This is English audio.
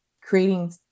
creating